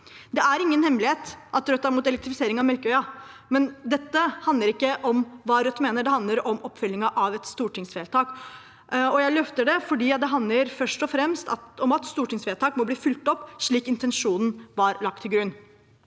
Det er ingen hemmelighet at Rødt er mot elektrifisering av Melkøya, men dette handler ikke om hva Rødt mener. Det handler om oppfølgingen av et stortingsvedtak. Jeg løfter det fordi det først og fremst handler om at stortingsvedtak må bli fulgt opp, slik intensjonen var lagt til grunn.